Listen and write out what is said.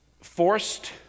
forced